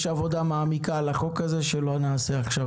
יש עבודה מעמיקה על החוק הזה שלא נעשה עכשיו.